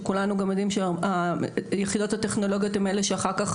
כשכולנו יודעים שהיחידות הטכנולוגיות הן אלה שאחר כך